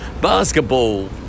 basketball